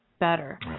better